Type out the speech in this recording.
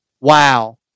wow